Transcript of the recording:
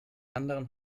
anderen